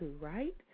right